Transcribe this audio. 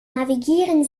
navigieren